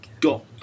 got